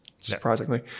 surprisingly